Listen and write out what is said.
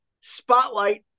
spotlight